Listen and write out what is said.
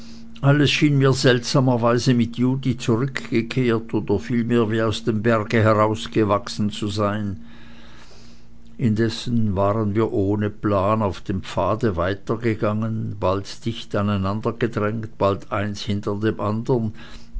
alles schien mir seltsamerweise mit judith zurückgekehrt oder vielmehr wie aus dem berge herausgewachsen zu sein indessen waren wir ohne plan auf dem pfade weitergegangen bald dicht aneinandergedrängt bald eins hinter dem andern